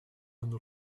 hun